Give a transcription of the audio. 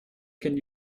can